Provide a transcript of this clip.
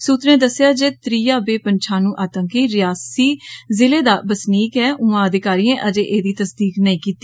सूत्रें दस्सेआ ऐ जे त्रीआ बेपन्छानु आतंकी रियासी जिले दा बसनीक ऐ ऊआं अधिकारियें अजें एह्दी तसदीक नेई कीती